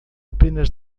apenas